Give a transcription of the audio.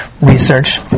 research